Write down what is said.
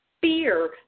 fear